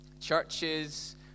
churches